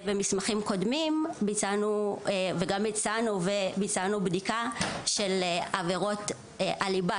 במסמכים קודמים הצענו וגם ביצענו בדיקה של עבירות הליבה